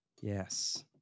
Yes